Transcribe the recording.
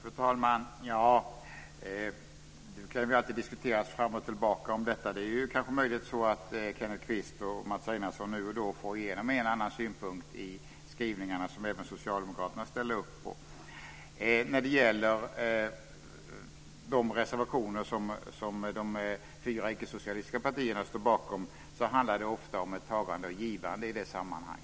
Fru talman! Nu kan man alltid diskutera fram och tillbaka om detta. Det är möjligt att Kenneth Kvist och Mats Einarsson då och då får igenom en och annan synpunkt i skrivningar som även socialdemokraterna ställer sig bakom. När det gäller de reservationer som de fyra icke socialistiska partierna står bakom handlar det ofta om ett givande och tagande.